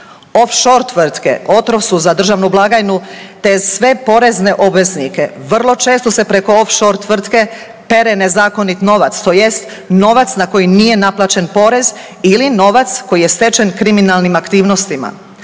Off-shore tvrtke otrov su za državnu blagajnu te sve porezne obveznike, vrlo često se preko off-shore tvrtke pere nezakonit novac, tj. novac na koji nije naplaćen porez ili novac koji je stečen kriminalnim aktivnostima.